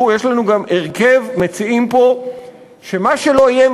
גם יש לנו פה הרכב מציעים שמה שלא יהיה,